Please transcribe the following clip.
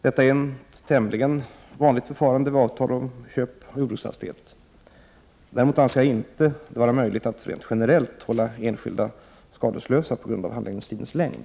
Detta är ett tämligen vanligt förfarande vid avtal om köp av jordbruksfastighet. Däremot anser jag det inte möjligt att rent generellt hålla enskilda skadeslösa på grund av handläggningstidens längd.